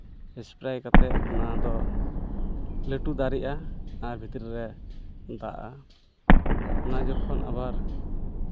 spray ᱠᱟᱛᱮᱫ ᱚᱱᱟ ᱫᱚ ᱞᱟᱹᱴᱩ ᱫᱟᱨᱮᱜᱼᱟ ᱟᱨ ᱵᱷᱤᱛᱨᱤ ᱨᱮ ᱫᱟᱜᱼᱟ ᱚᱱᱟ ᱡᱚᱠᱷᱚᱱ ᱟᱵᱟᱨ